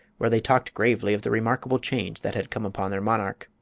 where they talked gravely of the remarkable change that had come upon their monarch.